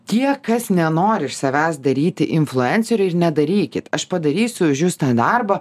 tie kas nenori iš savęs daryti influencerio ir nedarykit aš padarysiu už jus tą darbą